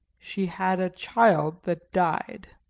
she had a child that died.